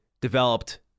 developed